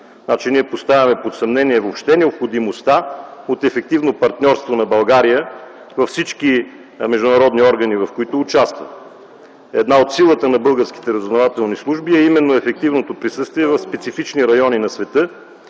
поставяме под съмнение въобще необходимостта от ефективно партньорство на България във всички международни органи, в които участва. Силата на българските разузнавателни служби е именно ефективното присъствие в специфични райони на света